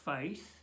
faith